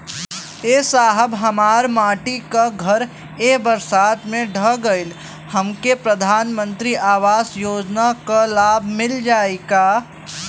ए साहब हमार माटी क घर ए बरसात मे ढह गईल हमके प्रधानमंत्री आवास योजना क लाभ मिल जाई का?